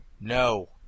No